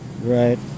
Right